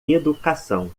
educação